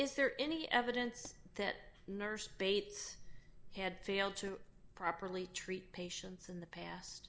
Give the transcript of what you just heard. is there any evidence that nurse bates had failed to properly treat patients in the past